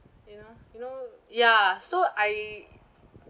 you know you know ya so I